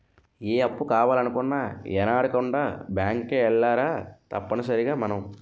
ఏ అప్పు కావాలన్నా యెనకాడకుండా బేంకుకే ఎల్లాలిరా తప్పనిసరిగ మనం